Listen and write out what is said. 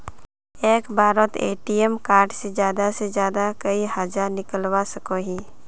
एक बारोत ATM card से ज्यादा से ज्यादा कई हजार निकलवा सकोहो ही?